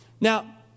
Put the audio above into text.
Now